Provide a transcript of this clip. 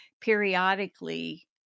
periodically